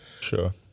Sure